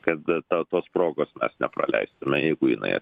kad ta tos progos mes nepraleisime jeigu jinai